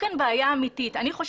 יכולים